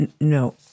No